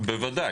בוודאי.